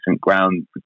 ground